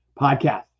podcast